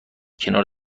کنار